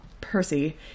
Percy